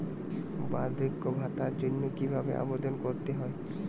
বার্ধক্য ভাতার জন্য কিভাবে আবেদন করতে হয়?